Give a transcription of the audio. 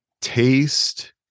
Taste